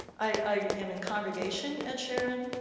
i am in congregation at sharon,